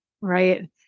Right